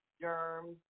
germs